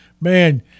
man